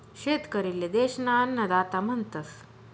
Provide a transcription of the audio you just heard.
शेतकरी ले देश ना अन्नदाता म्हणतस